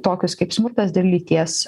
tokius kaip smurtas dėl lyties